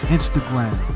Instagram